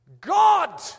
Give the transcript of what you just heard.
God